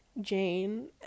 Jane